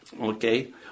okay